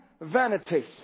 vanities